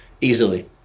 easily